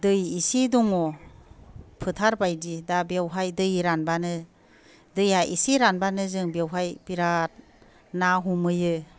दै एसे दङ फोथार बायदि दा बेवहाय दै रानबानो दैया एसे रानबानो जों बेवहाय बिराथ ना हमहैयो